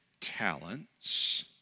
talents